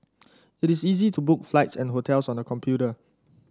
it is easy to book flights and hotels on the computer